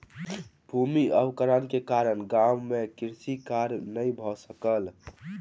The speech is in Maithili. भूमि अवक्रमण के कारण गाम मे कृषि कार्य नै भ सकल